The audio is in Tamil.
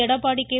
எடப்பாடி கே